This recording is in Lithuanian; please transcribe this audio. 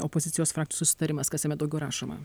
opozicijos frakcijų susitarimas kas jame daugiau rašoma